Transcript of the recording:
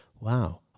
Wow